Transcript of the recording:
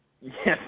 Yes